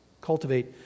Cultivate